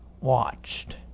watched